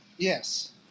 Yes